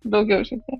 daugiau šiaip tai